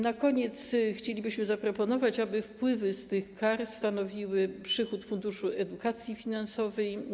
Na koniec chcielibyśmy zaproponować, aby wpływy z tych kar stanowiły przychód Funduszu Edukacji Finansowej.